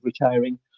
retiring